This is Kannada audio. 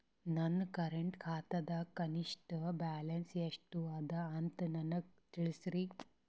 ನನ್ನ ಕರೆಂಟ್ ಖಾತಾದಾಗ ಕನಿಷ್ಠ ಬ್ಯಾಲೆನ್ಸ್ ಎಷ್ಟು ಅದ ಅಂತ ನನಗ ತಿಳಸ್ರಿ